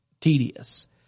tedious